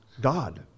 God